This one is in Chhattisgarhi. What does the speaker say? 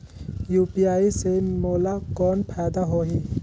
यू.पी.आई से मोला कौन फायदा होही?